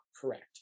correct